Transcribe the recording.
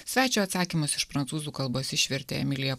svečio atsakymus iš prancūzų kalbos išvertė emilija